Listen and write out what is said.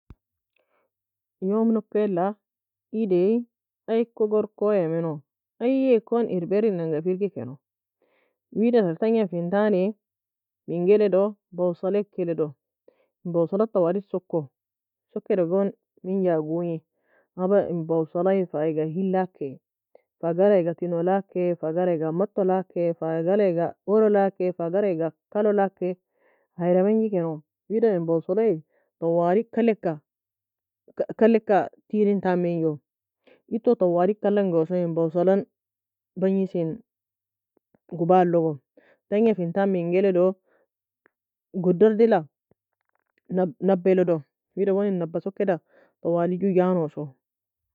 Ede waie markata meno menga markei keno sarkey markata meno. En sarkey darie malie erki la en godo ka wanda wanda soka joo a gangie keno wida en nabaie ya meny arbaire dango kanie ademri taka hussan fa behdelina, wida enga nafira dagkeno shungir kon deagid ta kon keno wida ter hedo tone shungir ka ekir eka wae erbaire ken komou. Oudour en many eltona